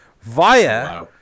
via